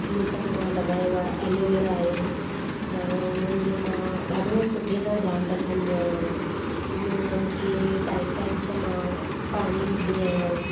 इहो सभु मां लॻायो आहे एलोवेरा आहे त उन्हनि जो मां ॾाढो सुठे सां ध्यानु रखंदी आहियां जीअं उननि खे टाइम टाइम सां मां पाणी ॾींदी आहियां